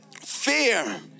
Fear